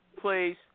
Please